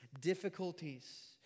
difficulties